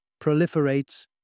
proliferates